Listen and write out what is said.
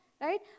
right